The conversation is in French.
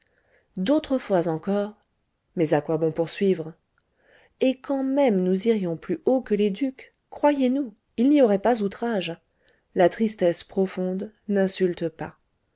fois encore mais à quoi bon poursuivre et quand même nous irions plus haut que les ducs croyez nous il n'y aurait pas outrage la tristesse profonde n'insulte pas